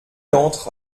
entre